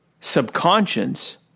subconscious